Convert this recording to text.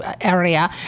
area